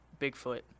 Bigfoot